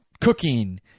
cooking